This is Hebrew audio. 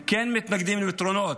הם כן מתנגדים לפתרונות,